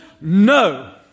no